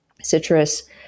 citrus